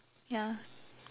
ya